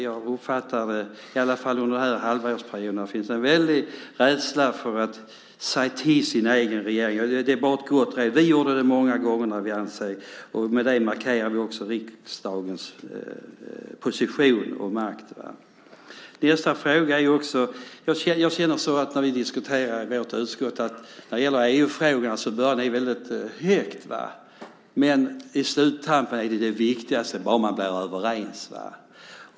Jag uppfattar i alla fall att det under den här halvårsperioden finns en väldig rädsla för att säga till sin egen regering. Det är bara ett gott råd. Vi gjorde det många gånger. Med det markerade vi också riksdagens position och makt. Jag känner också att när vi i vårt utskott diskuterar EU-frågorna börjar ni väldigt högt. Men på sluttampen är det viktigast att bli överens.